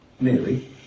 nearly